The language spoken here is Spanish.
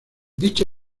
dicha